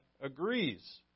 agrees